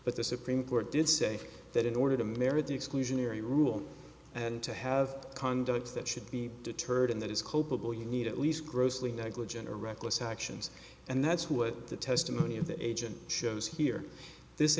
but the supreme court did say that in order to merit the exclusionary rule and to have conduct that should be deterred and that is culpable you need at least grossly negligent or reckless actions and that's what the testimony of the agent shows here this